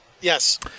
Yes